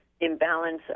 imbalance